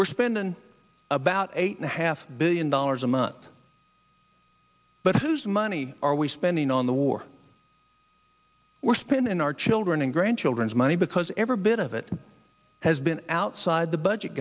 we're spending about eight and a half billion dollars a month but whose money are we spending on the war we're spend in our children and grandchildren's money because every bit of it has been outside the budget